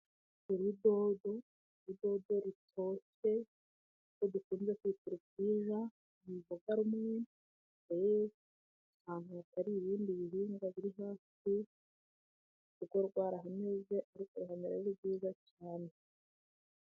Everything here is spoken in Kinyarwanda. Urudodo, urudodo rutoshye urwo ndukunze kwita urubwija ni uruboga rumwe ruri ahantu hatari ibindi bihingwa biri hafi rwo rwahameze ariko ruhamera ari rwiza cyane.